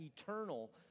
eternal